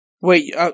Wait